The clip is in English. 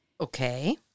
Okay